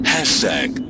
Hashtag